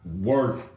work